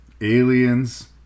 Aliens